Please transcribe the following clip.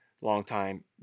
longtime